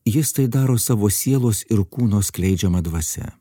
jis tai daro savo sielos ir kūno skleidžiama dvasia